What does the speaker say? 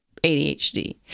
ADHD